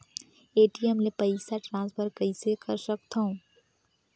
ATM ले पईसा transfer कइसे कर सकथव?